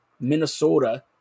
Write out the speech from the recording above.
Minnesota